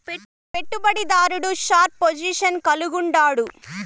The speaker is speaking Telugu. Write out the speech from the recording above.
పెట్టుబడి దారుడు షార్ప్ పొజిషన్ కలిగుండాడు